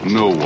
no